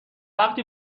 وقتی